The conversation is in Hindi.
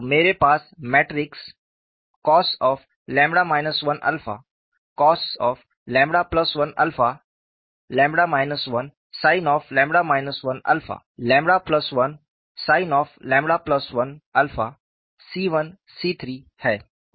तो मेरे पास matrix cos 1 cos1 1sin 1 1sin1 C1 C3 है और राइट हैंड साइड 0 है